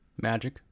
Magic